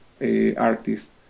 artist